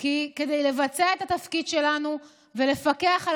כי כדי לבצע את התפקיד שלנו ולפקח על